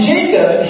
Jacob